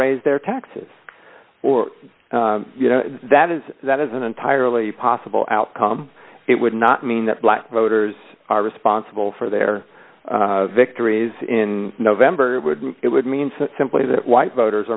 raise their taxes or you know that is that is an entirely possible outcome it would not mean that black voters are responsible for their victories in november it would it would mean simply that white voters